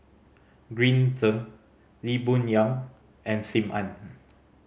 Green Zeng Lee Boon Yang and Sim Ann